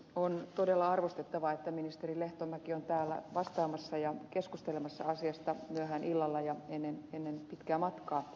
on todella arvostettavaa että ministeri lehtomäki on täällä vastaamassa ja keskustelemassa asiasta myöhään illalla ja ennen pitkää matkaa